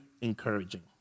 encouraging